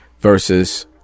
versus